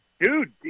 Dude